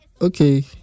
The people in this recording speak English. Okay